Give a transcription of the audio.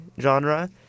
genre